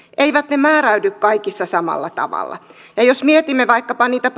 eivät ne määräydy kaikissa samalla tavalla jos mietimme vaikkapa niitä